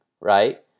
right